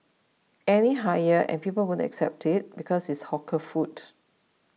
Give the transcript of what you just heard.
any higher and people won't accept it because it's hawker food